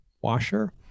washer